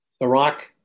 Iraq